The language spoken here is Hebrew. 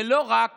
זה לא רק